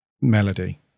Melody